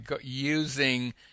using